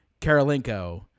Karolinko